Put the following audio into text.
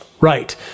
Right